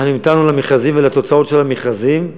אנחנו המתנו למכרזים ולתוצאות של המכרזים.